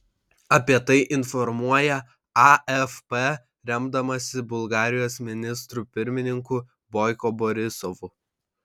apie tai informuoja afp remdamasi bulgarijos ministru pirmininku boiko borisovu